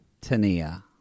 Tania